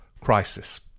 crisis